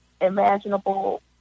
imaginable